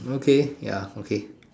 okay ya okay